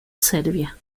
serbia